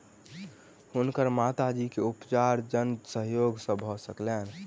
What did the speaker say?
हुनकर माता जी के उपचार जन सहयोग से भ सकलैन